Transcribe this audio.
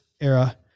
era